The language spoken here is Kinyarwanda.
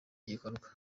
gikorwa